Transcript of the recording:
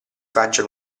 faccia